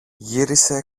γύρισε